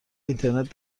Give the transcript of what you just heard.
اینترنت